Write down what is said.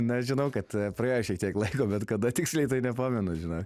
na žinau kad praėjo šitiek laiko bet kada tiksliai tai nepamenu žinok